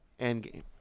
Endgame